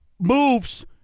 moves